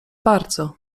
bardzo